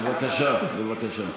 בבקשה, בבקשה.